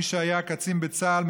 מי שהיה קצין בצה"ל,